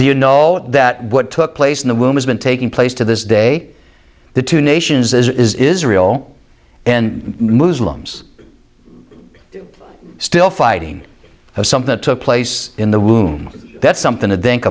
you know that what took place in the womb has been taking place to this day the two nations israel and muslims are still fighting for something that took place in the womb that's something to think